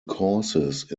causes